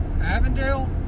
Avondale